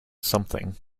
something